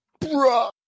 Bruh